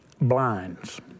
blinds